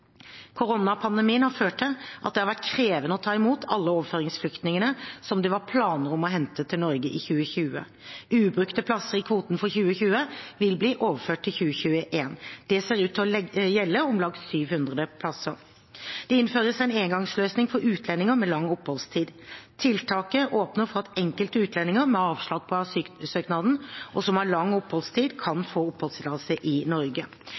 Koronapandemien har ført til at det har vært krevende å ta imot alle overføringsflyktningene som det var planer om å hente til Norge i 2020. Ubrukte plasser i kvoten for 2020 vil bli overført til 2021. Det ser ut til å gjelde om lag 700 plasser. Det innføres en engangsløsning for utlendinger med lang oppholdstid. Tiltaket åpner for at enkelte utlendinger med avslag på asylsøknaden, og som har lang oppholdstid, kan få oppholdstillatelse i Norge.